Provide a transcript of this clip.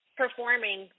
performing